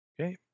Okay